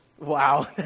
wow